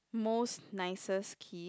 most nicest key